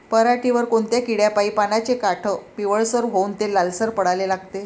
पऱ्हाटीवर कोनत्या किड्यापाई पानाचे काठं पिवळसर होऊन ते लालसर पडाले लागते?